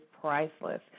priceless